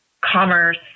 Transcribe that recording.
commerce